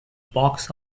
box